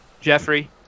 Jeffrey